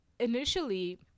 Initially